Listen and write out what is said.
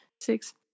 six